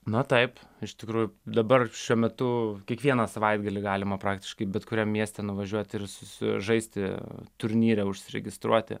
na taip iš tikrųjų dabar šiuo metu kiekvieną savaitgalį galima praktiškai bet kuriam mieste nuvažiuoti ir sužaisti turnyre užsiregistruoti